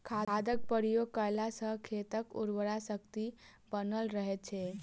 खादक प्रयोग कयला सॅ खेतक उर्वरा शक्ति बनल रहैत छै